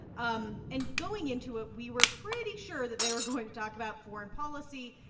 um and going into it, we were pretty sure that they were going to talk about foreign policy,